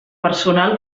personal